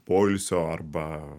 poilsio arba